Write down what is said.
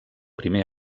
primer